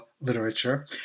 literature